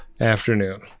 afternoon